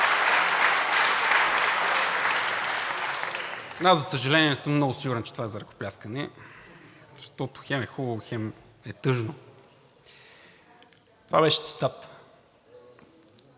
Промяната“.) Аз, за съжаление, не съм много сигурен, че това е за ръкопляскания, защото хем е хубаво, хем е тъжно. Това беше цитат.